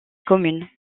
communes